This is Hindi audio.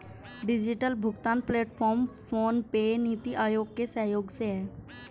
डिजिटल भुगतान प्लेटफॉर्म फोनपे, नीति आयोग के सहयोग से है